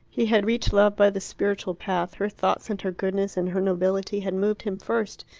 he had reached love by the spiritual path her thoughts and her goodness and her nobility had moved him first,